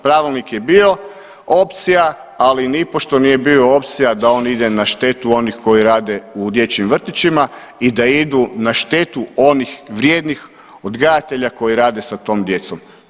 Pravilnik je bio opcija, ali nipošto nije bio opcija da on ide na štetu onih koji rade u dječjim vrtićima i da idu na štetu onih vrijednih odgajatelja koji rade sa tom djecom.